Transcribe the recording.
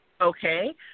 okay